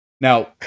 Now